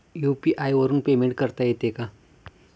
UPI वरून payment करता येते का?